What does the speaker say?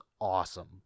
awesome